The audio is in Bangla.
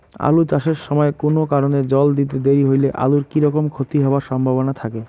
আলু চাষ এর সময় কুনো কারণে জল দিতে দেরি হইলে আলুর কি রকম ক্ষতি হবার সম্ভবনা থাকে?